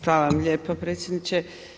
Hvala vam lijepa predsjedniče.